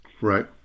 right